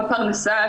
הפרנסה,